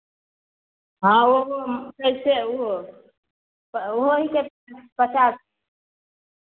हँ ओहो ओहो ओहो पचास